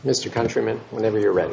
mr countryman whenever you're ready